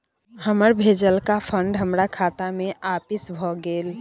हमर भेजलका फंड हमरा खाता में आपिस भ गेलय